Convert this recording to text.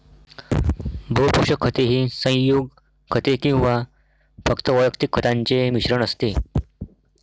बहु पोषक खते ही संयुग खते किंवा फक्त वैयक्तिक खतांचे मिश्रण असते